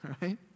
right